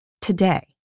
today